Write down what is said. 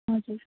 हजुर